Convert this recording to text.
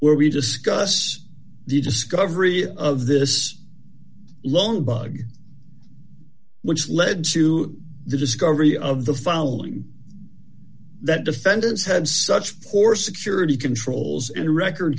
where we discuss the discovery of this long bug which led to the discovery of the filing that defendants had such for security controls and record